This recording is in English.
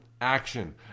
action